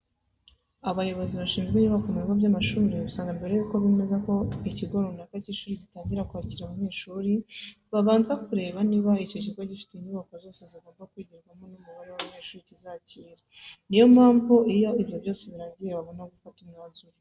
Abayobozi bashinzwe inyubako mu bigo by'amashuri usanga mbere yuko bemeza ko ikigo runaka cy'ishuri gitangira kwakira abanyeshuri, babanza kureba niba icyo kigo gifite inyubako zose zigomba kwigirwamo n'umubare w'abanyeshuri kizakira. Niyo mpamvu iyo ibyo byose birangiye babona gufata umwanzuro.